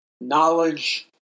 knowledge